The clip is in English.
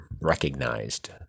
recognized